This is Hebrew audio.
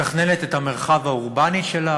מתכננת את המרחב האורבני שלה,